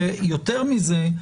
ויותר מזה,